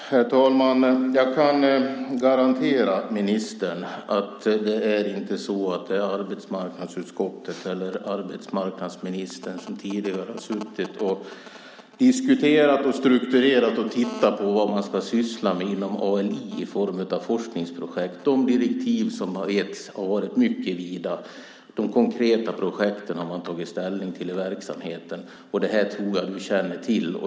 Herr talman! Jag kan garantera ministern att det inte har varit arbetsmarknadsutskottet eller arbetsmarknadsministern som tidigare har diskuterat och strukturerat vad man ska syssla med inom ALI i form av forskningsprojekt. De direktiv som har getts har varit mycket vida. De konkreta projekten har man tagit ställning till i verksamheten. Det tror jag att du känner till.